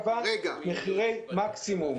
קבע מחירי מקסימום.